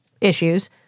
issues